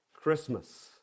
Christmas